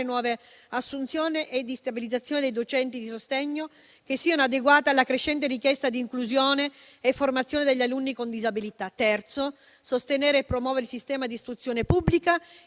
nuove assunzioni e stabilizzazioni dei docenti di sostegno che siano adeguate alla crescente richiesta di inclusione e formazione degli alunni con disabilità; sostenere e promuovere il sistema di istruzione pubblica,